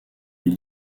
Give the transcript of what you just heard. est